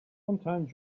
sometime